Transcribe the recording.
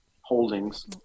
holdings